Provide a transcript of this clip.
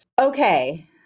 okay